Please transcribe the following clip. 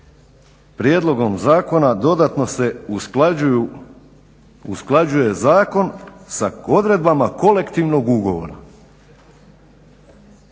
prijedlogom zakona dodatno se usklađuje zakon sa odredbama kolektivnog ugovora.